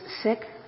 sick